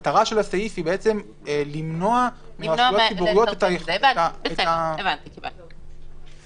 מטרת הסעיף היא למנוע מהרשויות הציבוריות את היכולת לפטר אותו.